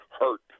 hurt